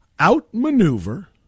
outmaneuver